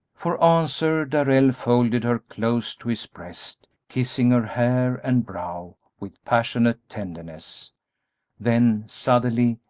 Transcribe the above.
for answer darrell folded her close to his breast, kissing her hair and brow with passionate tenderness then suddenly,